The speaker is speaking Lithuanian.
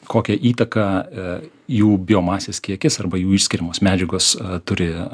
kokią įtaką jų biomasės kiekis arba jų išskiriamos medžiagos turi